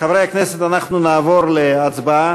חברי הכנסת אנחנו נעבור להצבעה.